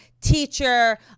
teacher